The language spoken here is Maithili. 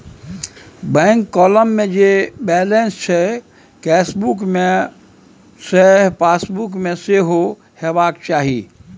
बैंक काँलम मे जे बैलंंस छै केसबुक मे सैह पासबुक मे सेहो हेबाक चाही